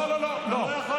לא, לא, לא.